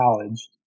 college